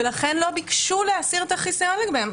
ולכן לא ביקשו להסיר את החיסיון לגביהן.